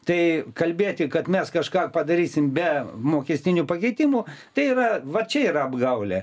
tai kalbėti kad mes kažką padarysim be mokestinių pakeitimų tai yra va čia yra apgaulė